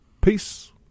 Peace